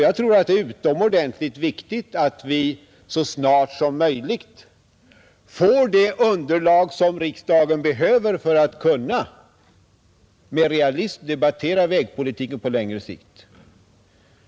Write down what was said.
Jag tror att det är utomordentligt viktigt att vi så snart som möjligt får det underlag riksdagen behöver för att med realism kunna debattera vägpolitiken på längre sikt.